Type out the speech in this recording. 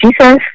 Jesus